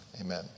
Amen